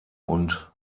und